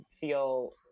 feel